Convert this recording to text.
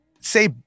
say